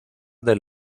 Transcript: del